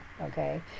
okay